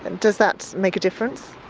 and does that make a difference?